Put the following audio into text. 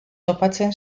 topatzen